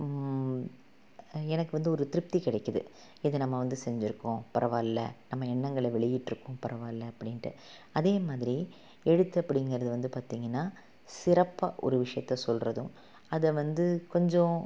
எனக்கு வந்து ஒரு திருப்தி கிடைக்கிது இதை நம்ம வந்து செஞ்சுருக்கோம் பரவாயில்லை நம்ம எண்ணங்களை வெளியிட்டிருக்கோம் பரவாயில்லை அப்படின்ட்டி அதேமாதிரி எழுத்து அப்படிங்கிறது வந்து பார்த்திங்கன்னா சிறப்பாக ஒரு விஷயத்தை சொல்வதும் அதை வந்து கொஞ்சம்